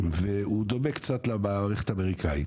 והוא דומה קצת למערכת האמריקאית.